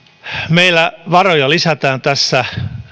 meillä lisätään tässä varoja